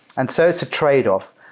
and so it's a tradeoff.